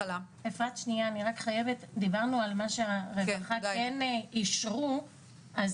דיברנו על מה שהרווחה אישרה,